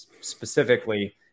specifically